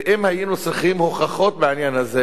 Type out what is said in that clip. ואם היינו צריכים הוכחות בעניין הזה,